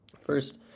first